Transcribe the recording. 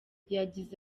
yagize